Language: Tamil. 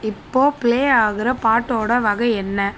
இப்போது ப்ளே ஆகிற பாட்டோடய வகை என்ன